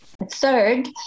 Third